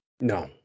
No